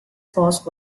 force